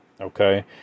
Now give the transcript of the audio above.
Okay